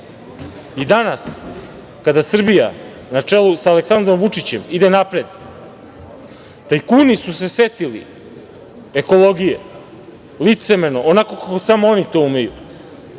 I danas kada Srbija na čelu sa Aleksandrom Vučićem ide napred tajkuni su se setili ekologije, licemerno, onako kako samo oni to umeju,